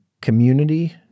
community